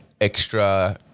extra